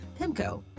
PIMCO